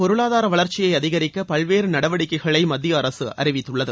பொருளாதார வளர்ச்சியை அதிகரிக்க பல்வேறு நடவடிக்கைகளை மத்திய அரசு நாட்டின் அறிவித்துள்ளது